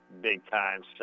big-time